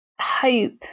hope